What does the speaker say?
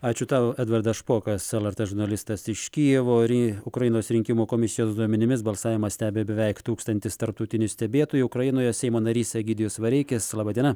ačiū tau edvardas špokas lrt žurnalistas iš kijevo ir ukrainos rinkimų komisijos duomenimis balsavimą stebi beveik tūkstantis tarptautinių stebėtojų ukrainoje seimo narys egidijus vareikis laba diena